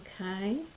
okay